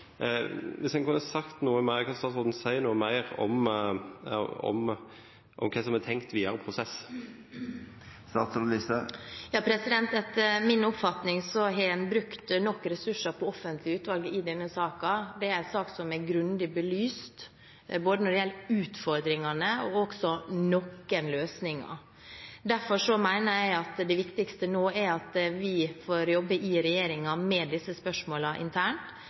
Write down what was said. Kan statsråden si noe mer om hva som er tenkt rundt den videre prosessen? Etter min oppfatning har man brukt nok ressurser på offentlige utvalg i denne saken. Dette er en sak som er grundig belyst når det gjelder utfordringene, men også noen løsninger. Derfor mener jeg at det viktigste nå er at vi får jobbe med disse spørsmålene internt